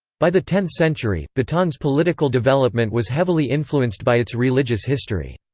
by the tenth century, bhutan's political development was heavily influenced by its religious history.